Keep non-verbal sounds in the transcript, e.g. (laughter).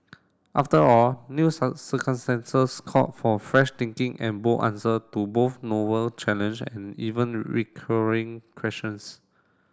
after all new (unintelligible) circumstances call for fresh thinking and bold answer to both novel challenge and even recurring questions